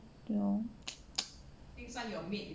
you know